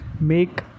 make